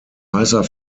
heißer